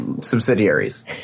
subsidiaries